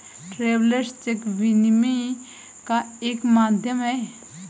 travellers cheque विनिमय का एक माध्यम है